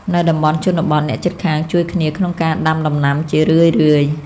នៅតំបន់ជនបទ អ្នកជិតខាងជួយគ្នាក្នុងការដាំដំណាំជារឿយៗ។